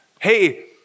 Hey